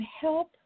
help